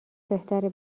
بهتره